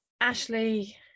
Ashley